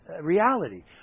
reality